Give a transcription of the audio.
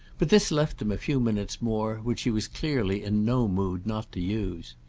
but this left them a few minutes more, which she was clearly in no mood not to use.